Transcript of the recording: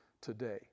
today